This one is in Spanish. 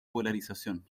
polarización